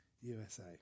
USA